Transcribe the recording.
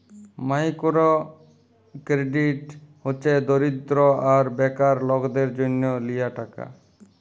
micro credit হছে দরিদ্য আর বেকার লকদের জ্যনহ লিয়া টাকা